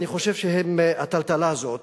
אני חושב שהטלטלה הזאת